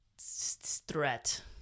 threat